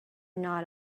not